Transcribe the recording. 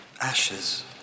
Ashes